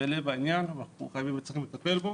בלב העניין, אנחנו צריכים לטפל בה.